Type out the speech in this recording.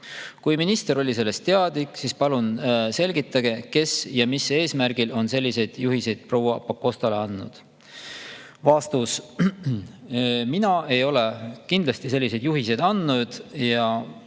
Kui minister on sellest teadlik, siis selgitage palun, kes ja mis eesmärgil on selliseid juhiseid proua Pakostale andnud?" Vastus. Mina ei ole kindlasti selliseid juhiseid andnud.